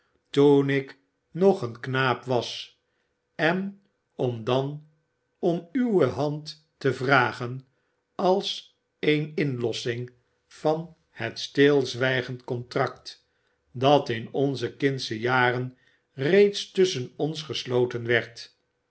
toen ik nog een knaap was en om dan om uwe hand te vragen als een inlossing van het stilzwijgend contract dat in onze kindsche jaren reeds tusschen ons gesloten werd